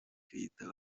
keïta